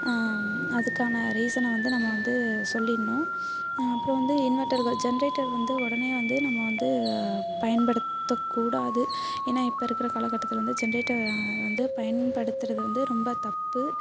அதுக்கான ரீசனை வந்து நம்ம வந்து சொல்லிடணும் அப்புறம் வந்து இன்வெட்டர்கள் ஜென்ரேட்டர் வந்து உடனே வந்து நம்ம வந்து பயன்படுத்தக்கூடாது ஏன்னால் இப்போ இருக்கிற காலக்கட்டத்தில் வந்து ஜென்ரேட்டர் வந்து பயன்படுத்துகிறது வந்து ரொம்ப தப்பு